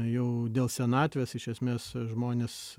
jau dėl senatvės iš esmės žmonės